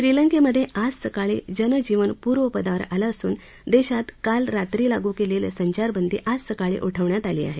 श्रीलंकेमधे आज सकाळी जनजीवन पूर्वपदावर आलं असून देशात काल रात्री लागू केलेली संचारबंदी आज सकाळी उठवण्यात आली आहे